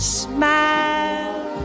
smile